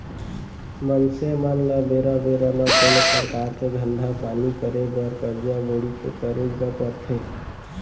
मनसे मन ल बेरा बेरा म कोनो परकार के धंधा पानी करे बर करजा बोड़ी तो करेच बर परथे